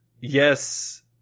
yes